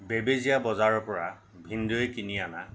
বেবেজীয়া বজাৰৰ পৰা ভিনদেউৱে কিনি অনা